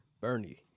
Bernie